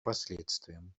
последствиям